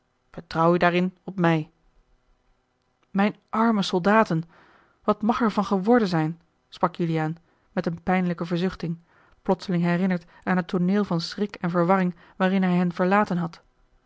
daarin op mij mijne arme soldaten wat mag er van geworden zijn sprak juliaan met eene pijnlijke verzuchting plotseling herinnerd aan het tooneel van schrik en verwarring waarin hij hen verlaten had